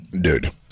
dude